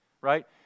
right